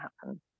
happen